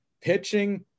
pitching